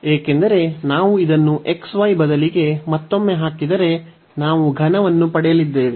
ಏಕೆಂದರೆ ನಾವು ಇದನ್ನು xy ಬದಲಿಗೆ ಮತ್ತೊಮ್ಮೆ ಹಾಕಿದರೆ ನಾವು ಘನವನ್ನು ಪಡೆಯಲಿದ್ದೇವೆ